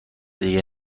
دیگه